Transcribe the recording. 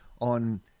on